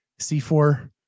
C4